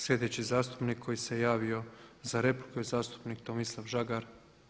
Sljedeći zastupnik koji se javi za repliku je zastupnik Tomislav Žagar.